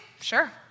sure